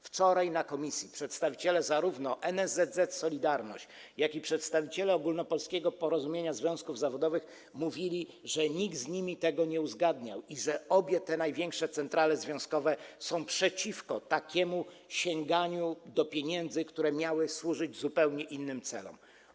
Wczoraj w komisji przedstawiciele zarówno NSZZ „Solidarność”, jak i Ogólnopolskiego Porozumienia Związków Zawodowych mówili, że nikt z nimi tego nie uzgadniał i że obie te największe centrale związkowe są przeciwko takiemu sięganiu do pieniędzy, które miały służyć zupełnie innym celom.